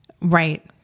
Right